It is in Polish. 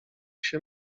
się